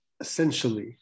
essentially